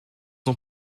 ont